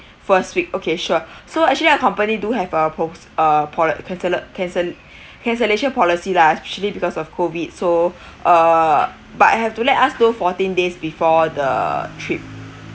first week okay sure so actually our company do have a pos~ uh pol~ cancella~ cancel cancellation policy lah largely because of COVID so uh but have to let us know fourteen days before the trip